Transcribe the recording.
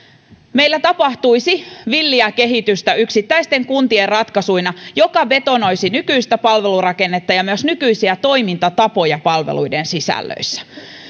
meillä tapahtuisi villiä kehitystä yksittäisten kuntien ratkaisuina mikä betonoisi nykyistä palvelurakennetta ja myös nykyisiä toimintatapoja palveluiden sisällöissä